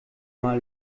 mal